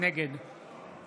נגד